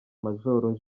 major